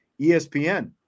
ESPN